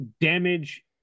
damage